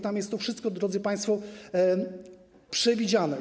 Tam jest to wszystko, drodzy państwo, przewidziane.